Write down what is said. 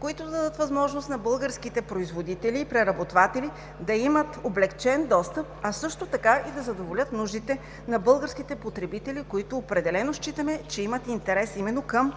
които да дадат възможност на българските производители и преработватели да имат облекчен достъп, а също така и да задоволят нуждите на българските потребители, които определено считаме, че имат интерес именно към